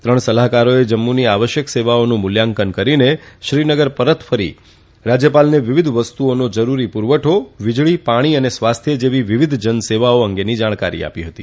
ત્રણ સલાહકારોએ જમ્મુની આવશ્યક સેવાઓનું મૂલ્યાંકન કરીને શ્રીનગર પરત ફરી રાજ્યપાલને વિવિધ વસ્તુઓનો જરૂરી પુરવઠો વિજળી પાણી અને સ્વાસ્થ્ય જેવી વિવિધ જનસેવાઓ અંગેની જાણકારી આપી હતી